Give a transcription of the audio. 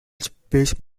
space